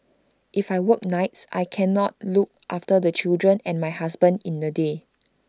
if I work nights I cannot look after the children and my husband in the day